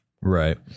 right